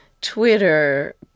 Twitter